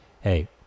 hey